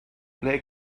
ble